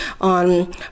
on